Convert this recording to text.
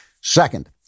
Second